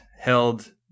held